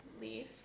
leaf